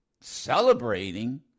celebrating